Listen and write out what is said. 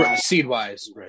Seed-wise